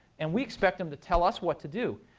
and we expect them to tell us what to do.